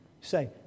Say